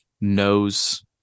knows